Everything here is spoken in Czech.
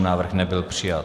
Návrh nebyl přijat.